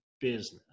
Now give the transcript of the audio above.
business